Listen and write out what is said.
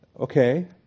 Okay